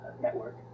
network